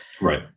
Right